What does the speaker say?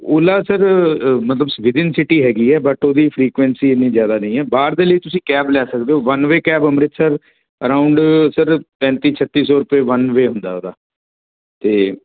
Ola sir ਮਤਲਬ ਸ within city ਹੈਗੀ ਹੈ ਬਟ ਉਹਦੀ ਫਰੀਕੁਐਂਸੀ ਇੰਨੀ ਜ਼ਿਆਦਾ ਨਹੀਂ ਹੈ ਬਾਹਰ ਦੇ ਲਈ ਤੁਸੀਂ ਕੈਬ ਲੈ ਸਕਦੇ ਹੋ one way cab Amritsar around sir ਪੈਂਤੀ ਛੱਤੀ ਸੌ ਰੁਪਏ ਵੰਨ ਵੇ ਹੁੰਦਾ ਉਹਦਾ ਤਾਂ